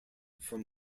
from